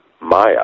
Maya